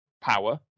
power